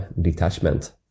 detachment